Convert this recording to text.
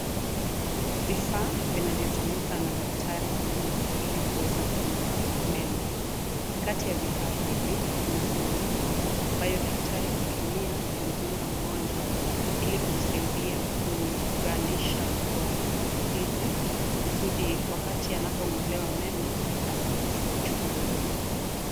Vifaa vinavyotumika na daktari wa meno ili kuweza kung'oa meno. Kati ya vifaa hivi kuna sindano, ambayo daktari hutumia kumdunga mgonjwa, ili kumsaidia kugandisha kwa ufizi kusudi wakati anapo ng'olewa meno, hasi hisi uchungu.